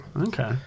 Okay